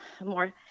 more